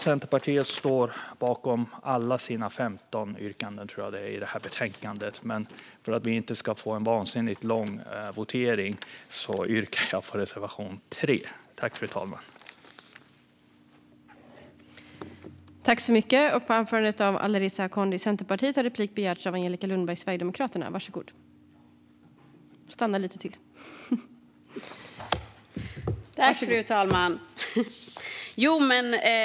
Centerpartiet står bakom alla sina 15 yrkanden, men för att det inte ska bli en vansinnigt lång votering yrkar jag bifall enbart till reservation 3.